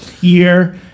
year